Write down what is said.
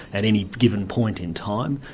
at any given point in time,